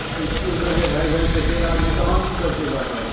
आओर इसकुलसँ जे भागि भागिकऽ चलि आबै छै तहन की करतै गार्जन